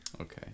Okay